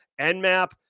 Nmap